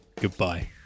Goodbye